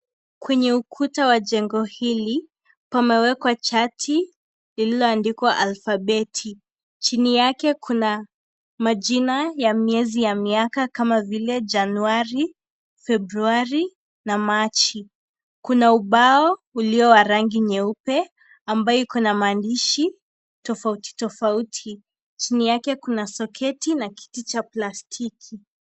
Kwenye ukuta wa jengo hili pamewekwa chati iliyoandikwa alfabeti. Chini yake kuna majina ya miezi ya miaka, kama vile Januari, Februari, na Machi. Kuna ubao ulio wa rangi nyeupe, ambayo iko na maandishi tofauti tofauti. chini yake kuna soketi na kiti cha plastiki.